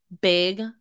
big